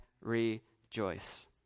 rejoice